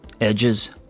edges